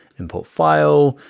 import file.